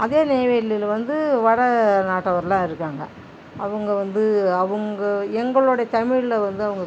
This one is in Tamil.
அதே நெய்வேலியில் வந்து வடநாட்டவரெலாம் இருக்காங்க அவங்க வந்து அவங்க எங்கோளுடைய தமிழில் வந்து அவங்க